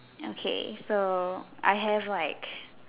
okay so I have like